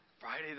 Friday